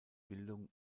bildung